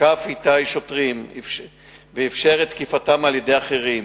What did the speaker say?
תקף איתי שוטרים ואפשר את תקיפתם על-ידי אחרים,